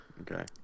Okay